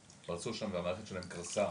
שפרצו שם והמערכת שלהם קרסה